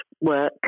work